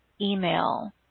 email